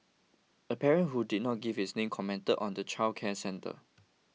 a parent who did not give his name commented on the childcare centre